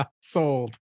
Sold